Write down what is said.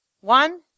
One